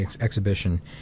exhibition